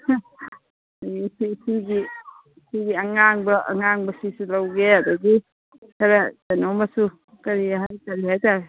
ꯁꯤꯒꯤ ꯑꯉꯥꯡꯕ ꯑꯉꯥꯡꯕꯁꯤꯁꯨ ꯂꯧꯒꯦ ꯑꯗꯒꯤ ꯈꯔ ꯀꯩꯅꯣ ꯃꯆꯨ ꯀꯔꯤ ꯍꯥꯏꯇꯥꯔꯦ